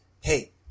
hey